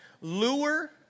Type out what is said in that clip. Lure